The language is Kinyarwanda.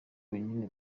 wenyine